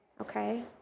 okay